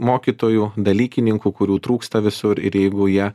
mokytojų dalykininkų kurių trūksta visur ir jeigu jie